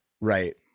Right